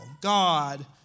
God